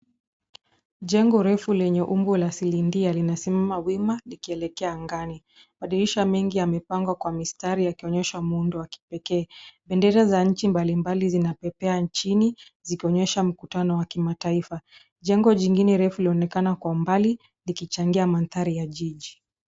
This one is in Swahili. Jengo refu lenye umbo la silindia linasimama wima likielekea angani. Madirisha mengi yamepangwa kwa mistari yakionyesha muundo wa kipekee. Bendera za nchi mbalimbali zinapepea chini zikionyesha mkutano wa kimataifa. Jengo jingine refu laonekana kwa mbali likichangia mandhari ya jiji.